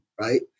right